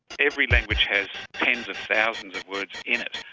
every language has tens of thousands of words in it,